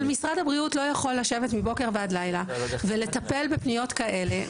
אבל משרד הבריאות לא יכול לשבת מבוקר ועד לילה ולטפל בפניות כאלה.